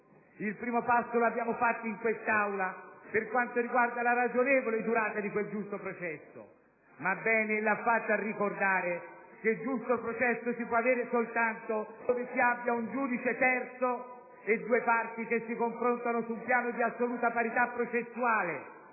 Il primo passo lo abbiamo fatto in quest'Aula per quanto riguarda la ragionevole durata del giusto processo. Ma bene ella ha fatto a ricordare che il giusto processo si può avere soltanto laddove si abbia un giudice terzo e due parti che si confrontano su un piano di assoluta parità processuale,